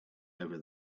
over